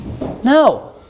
No